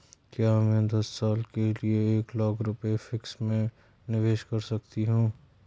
क्या मैं दस साल के लिए एक लाख रुपये फिक्स में निवेश कर सकती हूँ?